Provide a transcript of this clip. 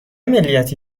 ملیتی